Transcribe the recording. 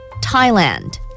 Thailand